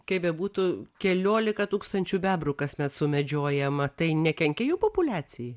kaip bebūtų keliolika tūkstančių bebrų kasmet sumedžiojama tai nekenkia jų populiacijai